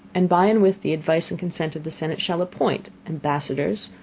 and by and with the advice and consent of the senate, shall appoint ambassadors,